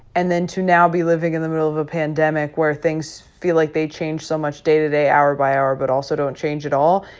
and then to now be living in the middle of a pandemic where things feel like they change so much day to day, hour by hour, but also don't change at all?